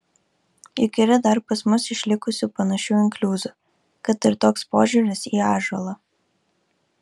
juk yra dar pas mus išlikusių panašių inkliuzų kad ir toks požiūris į ąžuolą